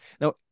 now